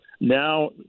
now